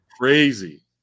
Crazy